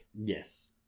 Yes